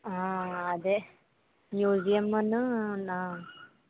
అదే మ్యూజియమూను నా